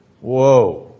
whoa